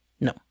No